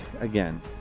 Again